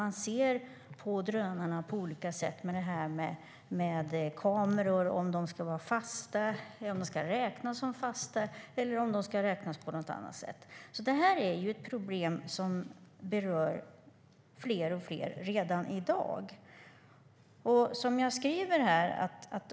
De ser på drönarna på olika sätt, till exempel huruvida kameror ska räknas som fasta eller om de ska räknas på annat sätt. Det här är ett problem som berör fler och fler redan i dag.